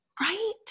Right